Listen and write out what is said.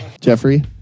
Jeffrey